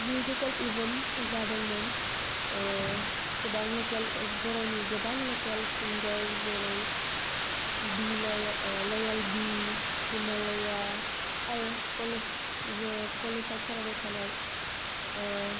musical event जादोंमोन गोबां लकेल बर'नि गोबां लकेल सिंगार जेरै बि लयेल लयेल बि हिमालया आरो कलेज जोङो कलेजाव फरायबाय थानाय